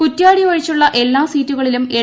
കുറ്റ്യാടി ഒഴിച്ചുള്ള എല്ലാ സീറ്റിലും എൽ